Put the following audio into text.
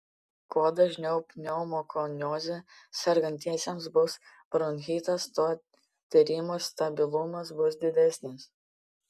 kuo dažniau pneumokonioze sergantiesiems bus bronchitas tuo tyrimo stabilumas bus didesnis